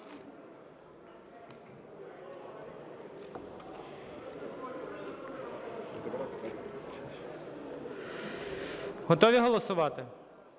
Готові голосувати?